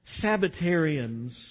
Sabbatarians